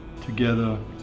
together